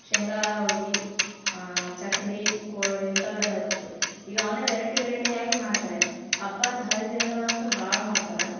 ಶೇಂಗಾ ಹೋಳ್ಗೆ ಚಕ್ಕುಲಿ ಕೊ ಇಂಥವೆಲ್ಲ ಇರ್ತಿದ್ದವು ಈಗ ಅವನ್ನೇ ವೆರೈಟಿ ವೆರೈಟಿಯಾಗಿ ಮಾಡ್ತಾರೆ ಹಬ್ಬದ ಹರಿದಿನಗಳಂತೂ ಭಾಳ ಮಾಡ್ತಾರೆ